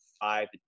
five